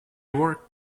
work